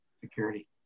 security